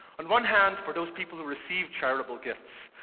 on one hand, for those people who receive charitable gifts,